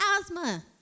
asthma